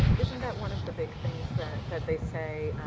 isn't that one of the big things that that they say,